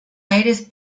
aires